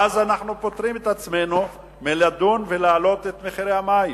ואז אנחנו פוטרים את עצמנו מלדון ולהעלות את מחירי המים.